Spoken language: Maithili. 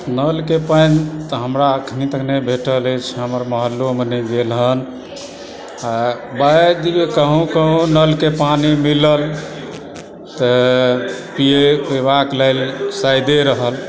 नलके पानि तऽ हमरा अखन तक नहि भेटल अछि हमर महल्लोमे नहि गेल हन आ बाइ द वे कहुँ कहुँ नलके पानि मिलल तऽ पियबाक लेल शायदे रहल